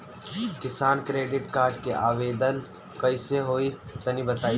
किसान credit card के आवेदन कईसे होई तनि बताई?